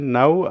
now